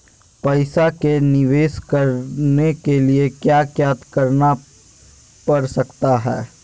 पैसा का निवेस करने के लिए क्या क्या करना पड़ सकता है?